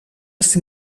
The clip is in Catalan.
ser